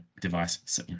device